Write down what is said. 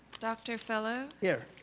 dr. fellow? here.